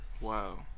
wow